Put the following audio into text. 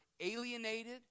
alienated